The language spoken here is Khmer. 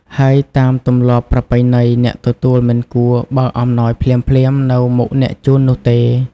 ហើយតាមទម្លាប់ប្រពៃណី អ្នកទទួលមិនគួរ បើកអំណោយភ្លាមៗ នៅមុខអ្នកជូននោះទេ។